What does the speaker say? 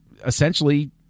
essentially